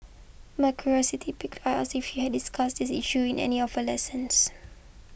my curiosity piqued I asked if she had discussed this issue in any of her lessons